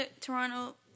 Toronto